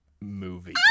movie